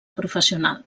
professional